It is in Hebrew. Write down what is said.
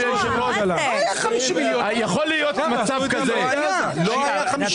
יכול להיות מצב כזה ש --- לא היה 50 מיליון.